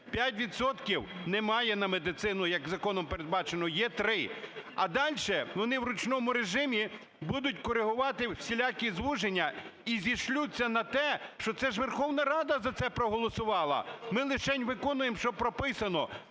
немає на медицину, як законом передбачено, є 3. А дальше вони в ручному режимі будуть корегувати всілякі звужені і зішлються на те, що це ж Верховна Рада за це проголосувала, ми лишень виконуємо, що прописано.